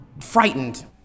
frightened